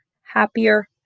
happier